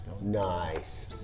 Nice